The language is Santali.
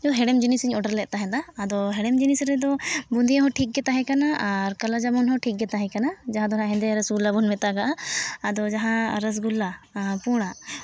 ᱦᱮᱬᱮᱢ ᱡᱤᱱᱤᱥ ᱤᱧ ᱚᱰᱟᱨ ᱛᱟᱦᱮᱸ ᱫᱚ ᱟᱫᱚ ᱦᱮᱬᱮᱢ ᱡᱤᱱᱤᱥ ᱨᱮ ᱫᱚ ᱵᱩᱫᱤᱭᱟᱹ ᱦᱚᱱ ᱴᱷᱤᱠ ᱜᱮ ᱛᱟᱦᱮᱸ ᱠᱟᱱᱟ ᱟᱨ ᱠᱟᱞᱚ ᱡᱟᱹᱵᱩᱱ ᱦᱚᱱ ᱴᱷᱤᱠ ᱜᱮ ᱛᱟᱦᱮᱸ ᱠᱟᱱᱟ ᱡᱟᱦᱟᱸ ᱫᱚ ᱱᱟᱦᱟᱜ ᱦᱮᱱᱫᱮᱭᱟᱞ ᱨᱳᱥᱜᱚᱚᱞᱟ ᱵᱚᱱ ᱢᱮᱛᱟᱜᱼᱟ ᱟᱫᱚ ᱡᱟᱦᱟᱸ ᱨᱳᱥᱜᱚᱞᱞᱟ ᱯᱩᱲᱟᱜ